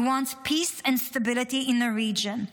We want peace and stability in the region,